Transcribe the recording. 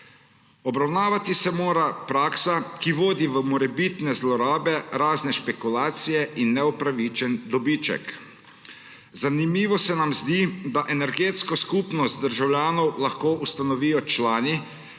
Obravnavati se mora praksa, ki vodi v morebitne zlorabe, razne špekulacije in neupravičen dobiček. Zanimivo se nam zdi, da energetsko skupnost državljanov lahko ustanovijo člani,